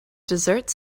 dessert